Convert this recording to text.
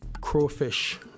crawfish